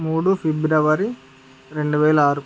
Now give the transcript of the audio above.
మూడు ఫిబ్రవరి రెండు వేల ఆరు